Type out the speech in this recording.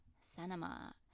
cinema